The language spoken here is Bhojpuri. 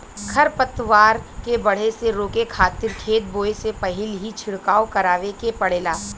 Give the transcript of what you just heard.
खर पतवार के बढ़े से रोके खातिर खेत बोए से पहिल ही छिड़काव करावे के पड़ेला